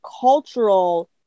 cultural